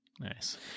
Nice